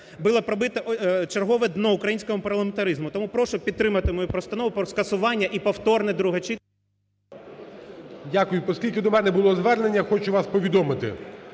було пробито чергове дно українському парламентаризму. Тому прошу підтримати мою постанову про скасування і повторне друге читання. ГОЛОВУЮЧИЙ. Дякую. Оскільки до мене було звернення, я хочу вас повідомити,